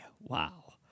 Wow